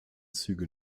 züge